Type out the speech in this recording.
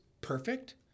perfect